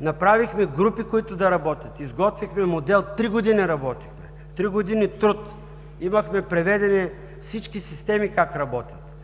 Направихме групи, които да работят, изготвихме модел. Три години работихме, три години труд. Имахме преведени всички системи как работят.